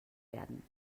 werden